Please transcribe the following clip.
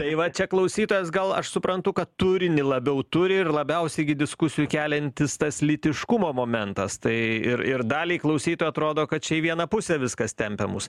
tai va čia klausytojas gal aš suprantu kad turinį labiau turi ir labiausiai gi diskusijų keliantis tas lytiškumo momentas tai ir ir daliai klausytojų atrodo kad čia į vieną pusę viskas tempia mus